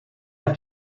have